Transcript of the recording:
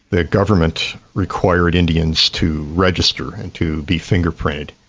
the government required indians to register and to be fingerprinted.